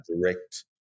direct